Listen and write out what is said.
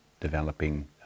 developing